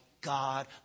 God